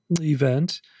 event